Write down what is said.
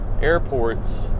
airports